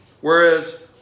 whereas